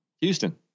Houston